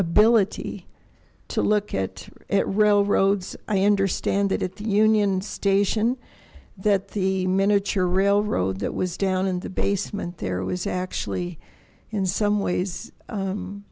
ability to look at it railroads i understand that at the union station that the miniature railroad that was down in the basement there was actually in